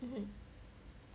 hmm